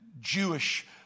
Jewish